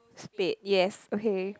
spade yes okay